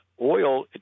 oil